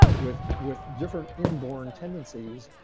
with with different inborn tendencies.